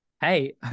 Hey